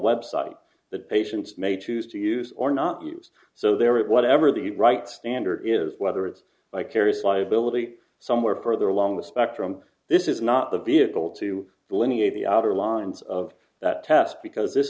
website that patients may choose to use or not use so there it whatever the right standard is whether it's by carriers liability somewhere further along the spectrum this is not the vehicle to delineate the outer lines of that test because this